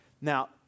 Now